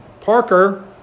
Parker